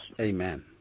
Amen